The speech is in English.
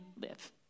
live